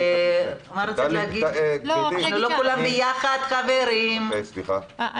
אשמח לראות תקדים.